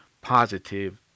positive